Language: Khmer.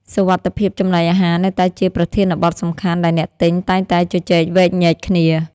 សុវត្ថិភាពចំណីអាហារនៅតែជាប្រធានបទសំខាន់ដែលអ្នកទិញតែងតែជជែកវែកញែកគ្នា។